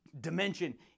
dimension